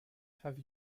have